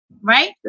right